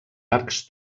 arcs